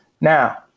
Now